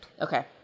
okay